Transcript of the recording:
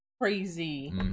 crazy